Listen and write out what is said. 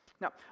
Now